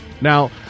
Now